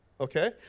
okay